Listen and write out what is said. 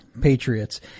Patriots